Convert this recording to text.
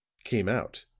came out,